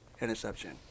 interception